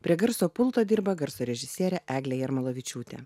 prie garso pulto dirba garso režisierė eglė jarmolavičiūtė